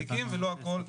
את